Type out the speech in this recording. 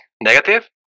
negative